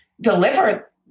deliver